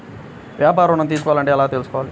వ్యాపార ఋణం తీసుకోవాలంటే ఎలా తీసుకోవాలా?